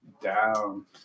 Down